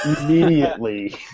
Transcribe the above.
immediately